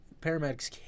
paramedics